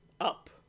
up